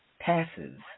passes